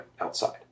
outside